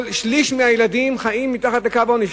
שליש מהילדים חיים מתחת לקו העוני.